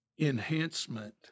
enhancement